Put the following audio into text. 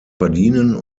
verdienen